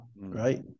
right